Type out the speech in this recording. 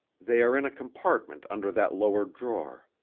they are in a compartment under that lower drawer.